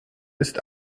ist